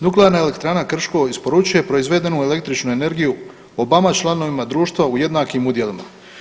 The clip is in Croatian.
Nuklearna elektrana Krško isporučuje proizvedenu električnu energiju obama članovima društva u jednakim udjelima.